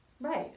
Right